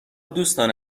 دوستان